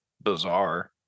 bizarre